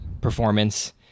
performance